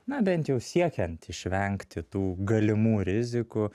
na bent jau siekiant išvengti tų galimų rizikų